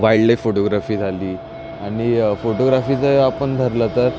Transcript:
wild life photography झाली आणि फोटोग्राफीचं आपण धरलं तर